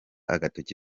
agatoki